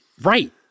Right